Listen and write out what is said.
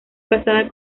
casada